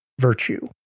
virtue